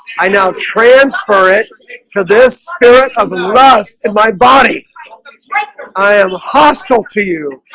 i now transfer it to this spirit of lust in my body i ah hostile to you,